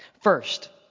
First